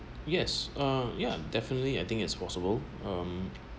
yes uh yeah definitely I think it's possible um